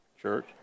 church